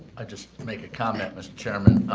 i just make a comment mr. chairman